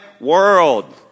world